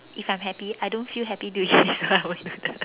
if I'm happy I don't feel happy doing it I won't do it